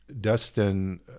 Dustin